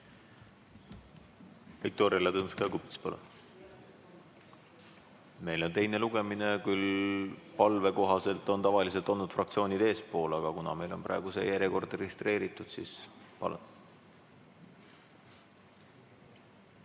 Meil on teine lugemine küll, palve kohaselt on tavaliselt olnud fraktsioonid eespool, aga kuna meil on praegu see järjekord registreeritud, siis palun!